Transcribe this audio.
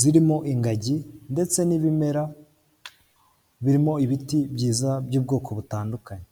zirimo ingagi ndetse n'ibimera birimo ibiti byiza by'ubwoko butandukanye.